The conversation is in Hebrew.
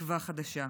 תקווה חדשה.